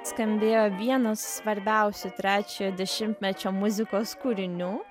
skambėjo vienas svarbiausių trečiojo dešimtmečio muzikos kūrinių